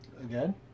Again